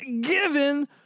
given